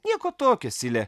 nieko tokio sile